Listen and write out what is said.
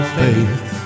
faith